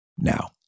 Now